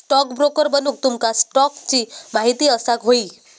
stockbroker बनूक तुमका स्टॉक्सची महिती असाक व्हयी